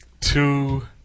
two